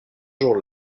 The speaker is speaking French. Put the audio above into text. jour